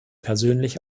persönlich